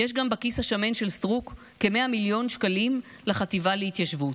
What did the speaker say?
יש גם בכיס השמן של סטרוק כ-100 מיליון לחטיבה להתיישבות,